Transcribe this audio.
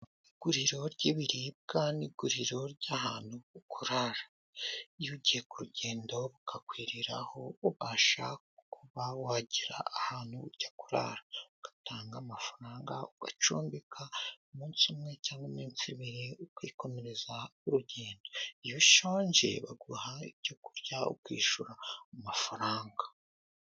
Iguriro ry’ibiribwa n’iguriro ry’ahantu ho kurara. Iyo ugiye ku rugendo bukakwiriraho, ubasha kuba wagera ahantu ujya kurara, ugatanga amafaranga, ugacumbika umunsi umwe cyangwa iminsi ibiri, ukikomereza urugendo. Iyo ushonje, baguha ibyo kurya, ukishyura amafaranga.